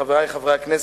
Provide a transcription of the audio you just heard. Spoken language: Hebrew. חברי חברי הכנסת,